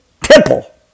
temple